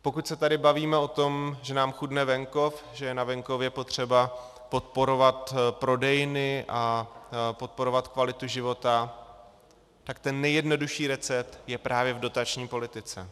Pokud se tady bavíme o tom, že nám chudne venkov, že je na venkově potřeba podporovat prodejny a podporovat kvalitu života, tak ten nejjednodušší recept je právě v dotační politice.